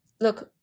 look